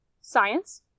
Science